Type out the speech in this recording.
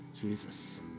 Jesus